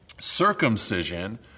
circumcision